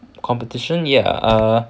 competition ya err